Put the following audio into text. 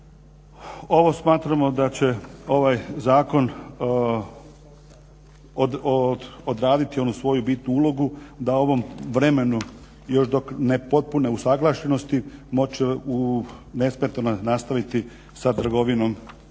Ovo smatramo da će ovaj zakon odraditi onu svoju bitnu ulogu da ovom vremenu još dok ne potpune usuglašenosti moći nesmetano nastaviti sa trgovinom